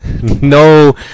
No